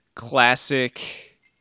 classic